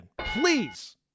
Please